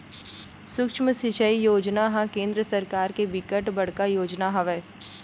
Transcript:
सुक्ष्म सिचई योजना ह केंद्र सरकार के बिकट बड़का योजना हवय